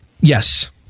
Yes